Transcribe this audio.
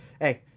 hey